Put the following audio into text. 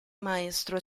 maestro